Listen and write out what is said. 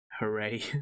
hooray